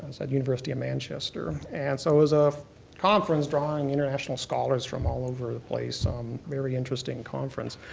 was at university of manchester. and so it was a conference drawing international scholars from all over the place, um very interesting conference.